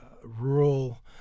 rural